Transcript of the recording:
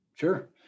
Sure